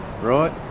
right